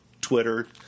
Twitter